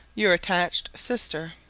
your attached sister.